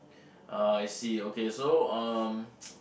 ah I see okay so um